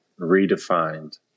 redefined